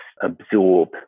absorb